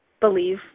believe